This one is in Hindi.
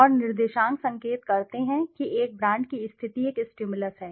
और निर्देशांक संकेत करते हैं कि एक ब्रांड की स्थिति एक स्टिमुलस है